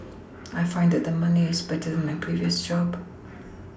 I find that the money is better than my previous job